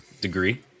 degree